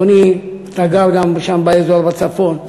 אדוני, גם אתה גר שם באזור בצפון.